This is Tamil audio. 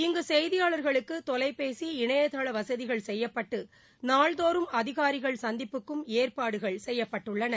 இங்கு செய்தியாளர்களுக்கு தொலைபேசி இணையதள வசதிகள் செய்யப்பட்டு நாள்தோறும் அதிகாரிகள் சந்திப்புக்கும் ஏற்பாடு செய்யப்பட்டுள்ளது